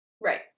Right